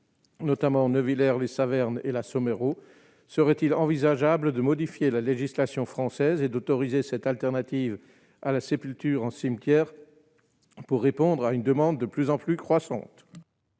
notamment ne Villers Les Saverne et la somme Ayrault serait-il envisageable de modifier la législation française et d'autoriser cette alternative à la sépulture en cimetière pour répondre à une demande de plus en plus croissante.